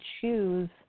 choose